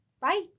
Bye